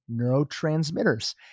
neurotransmitters